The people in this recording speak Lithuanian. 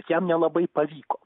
jam nelabai pavyko